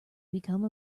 become